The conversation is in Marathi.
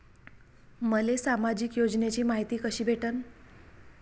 मले सामाजिक योजनेची मायती कशी भेटन?